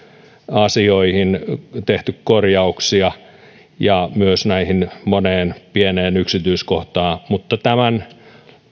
asioihin tehty korjauksia ja myös näihin moneen pieneen yksityiskohtaan mutta tämän